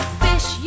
fish